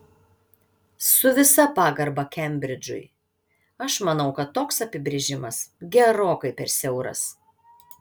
su visa pagarba kembridžui aš manau kad toks apibrėžimas gerokai per siauras